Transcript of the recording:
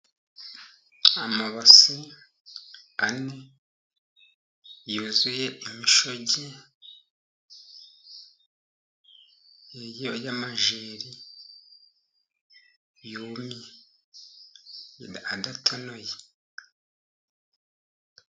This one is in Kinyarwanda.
Amabase ane yuzuye imishogi y'amajeri yumye adatonoye.